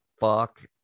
fuck